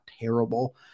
terrible